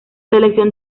selección